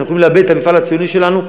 שאנחנו יכולים לאבד את המפעל הציוני שלנו,